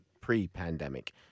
pre-pandemic